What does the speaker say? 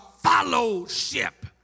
fellowship